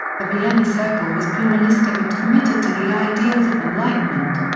the vienna circle was pluralistic and committed to the ideals of enlightenment.